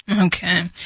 Okay